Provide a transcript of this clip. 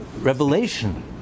revelation